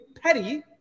petty